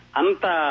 anta